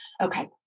okay